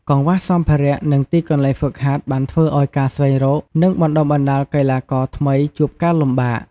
កង្វះសម្ភារៈ និងទីកន្លែងហ្វឹកហាត់បានធ្វើឱ្យការស្វែងរក និងបណ្ដុះបណ្ដាលកីឡាករថ្មីជួបការលំបាក។